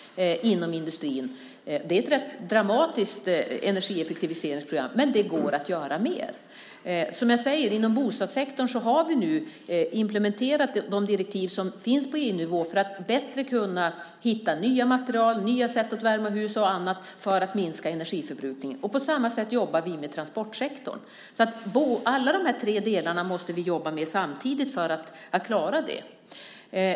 Det är ett rätt dramatiskt energieffektiviseringsprogram. Men det går att göra mer. Som jag säger har vi nu inom bostadssektorn implementerat de direktiv som finns på EU-nivå för att bättre kunna hitta nya material, nya sätt att värma hus och annat för att minska energiförbrukningen. På samma sätt jobbar vi med transportsektorn. Alla de här tre delarna måste vi jobba med samtidigt för att klara det.